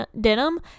denim